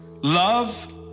love